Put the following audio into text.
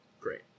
great